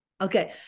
Okay